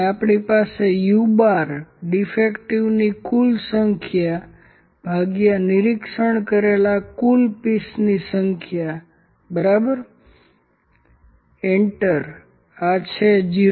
અને આપણી પાસે u¯ડીફેક્ટિવની કુલ સંખ્યા ભાગ્યા નિરીક્ષણ કરેલા કુલ પીસ સંખ્યા બરાબર છે એન્ટર આ 0